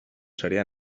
seria